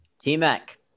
T-Mac